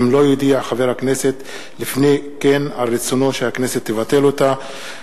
אם לא יודיע חבר הכנסת לפני כן על רצונו שהכנסת תבטל אותה.